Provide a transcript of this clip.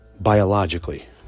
biologically